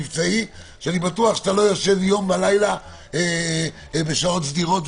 ואני בטוח שאתה לא ישן יום ולילה בשעות סדירות.